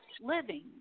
living